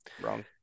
Wrong